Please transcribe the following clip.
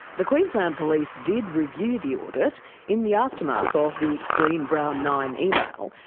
the queensland police did review the audit in the aftermath of the extreme brown nine email,